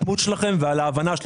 על ההירתמות ועל ההבנה.